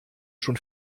schon